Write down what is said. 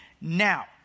now